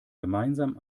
gemeinsam